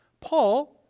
Paul